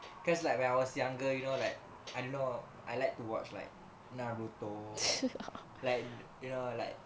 cause like when I was younger you know like I don't know I like to watch like naruto like you know like